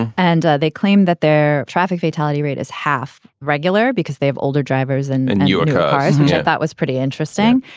and they claimed that their traffic fatality rate is half regular because they have older drivers and in your eyes, which i yeah thought was pretty interesting.